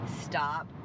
stop